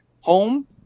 home